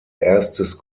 erstes